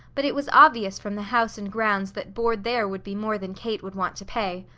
but it was obvious from the house and grounds that board there would be more than kate would want to pay.